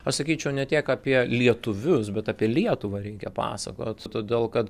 aš sakyčiau ne tiek apie lietuvius bet apie lietuvą reikia pasakot todėl kad